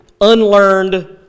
unlearned